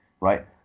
right